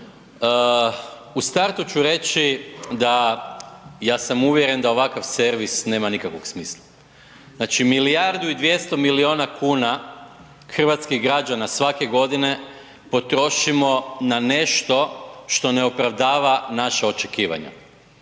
u startu ću reći da ja sam uvjeren da ovakav servis nema nikakvog smisla. Znači milijardu i 200 milijuna kuna hrvatskih građana svake godine potrošimo na nešto što ne opravdava naša očekivanja.